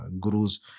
gurus